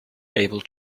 able